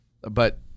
but-